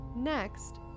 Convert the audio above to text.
Next